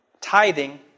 Tithing